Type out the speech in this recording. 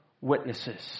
witnesses